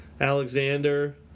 Alexander